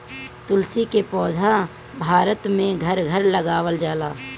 तुलसी के पौधा भारत में घर घर लगावल जाला